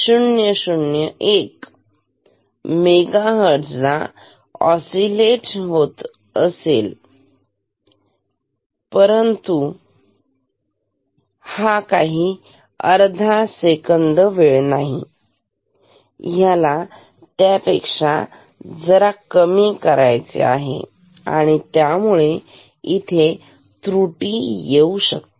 000001 megahertz ला oscillate होत असेल तर हा काही अर्धा सेकंद वेळ नाही हा त्यापेक्षा जरा कमी आहे आणि त्यामुळे इथे त्रुटी येऊ शकते